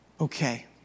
okay